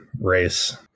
race